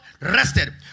rested